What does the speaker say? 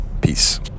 Peace